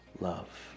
love